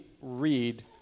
read